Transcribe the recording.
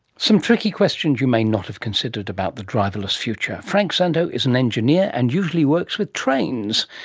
some tricky questions you may not have considered about the driverless future. frank szanto is an engineer and usually works with trains.